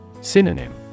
Synonym